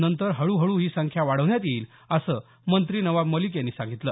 नंतर हळूहळू ही संख्या वाढवण्यात येईल असं मंत्री नवाब मलिक यांनी सांगितलं